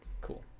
cool